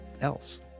else